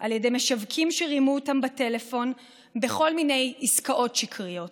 על ידי משווקים שרימו אותם בטלפון בכל מיני עסקאות שקריות.